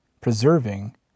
preserving